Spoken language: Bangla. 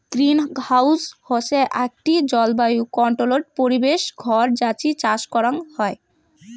গ্রিনহাউস হসে আকটি জলবায়ু কন্ট্রোল্ড পরিবেশ ঘর যাতি চাষ করাং হই